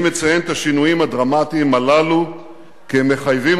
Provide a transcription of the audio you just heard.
אני מציין את השינויים הדרמטיים הללו כי הם מחייבים